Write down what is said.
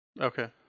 Okay